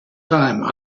time